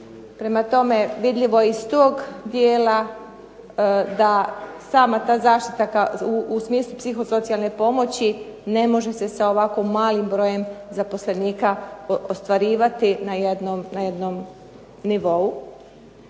Prema tome, vidljivo je iz toga dijela da sama ta zaštita u smislu psihosocijalne pomoći ne može sa ovako malim brojem zaposlenika ostvarivati na jednom nivou.